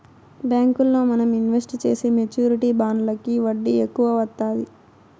బ్యాంకుల్లో మనం ఇన్వెస్ట్ చేసే మెచ్యూరిటీ బాండ్లకి వడ్డీ ఎక్కువ వత్తాది